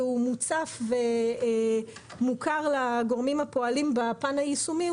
והוא מוצף ומוכר לגורמים הפועלים בפן היישומי,